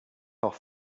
off